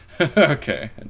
Okay